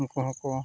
ᱩᱱᱠᱩ ᱦᱚᱸᱠᱚ